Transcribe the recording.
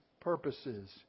purposes